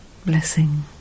Blessing